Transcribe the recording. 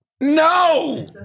no